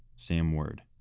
sam worth.